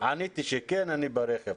עניתי שכן, אני ברכב.